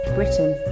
Britain